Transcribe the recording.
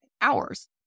hours